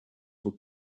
were